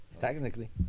technically